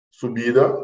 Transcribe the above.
subida